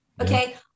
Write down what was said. okay